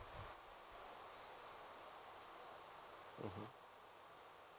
mmhmm